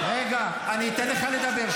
אחמד טיבי,